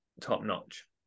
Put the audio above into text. top-notch